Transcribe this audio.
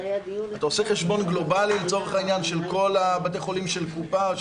אתה עושה לצורך העניין חשבון גלובלי של כל בתי החולים של קופה?